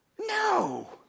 no